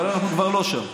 אבל אנחנו כבר לא שם.